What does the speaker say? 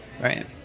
right